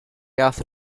acid